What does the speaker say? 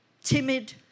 timid